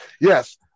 yes